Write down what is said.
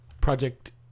Project